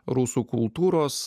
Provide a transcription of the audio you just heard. rusų kultūros